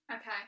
okay